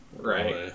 right